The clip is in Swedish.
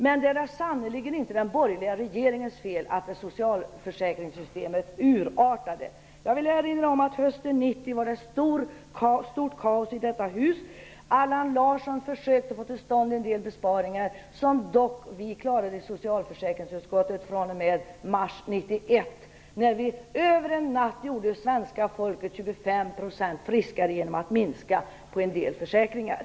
Men det är sannerligen inte den borgerliga regeringens fel att socialförsäkringssystemet urartade. Låt mig erinra om att hösten 90 var det stort kaos i riksdagen. Allan Larsson försökte få till stånd en del besparingar. I mars 91 klarade vi i socialförsäkringsutskottet det. Över en natt gjordes svenska folket 25 % friskare genom att det minskades ned i en del försäkringar.